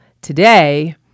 today